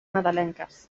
nadalenques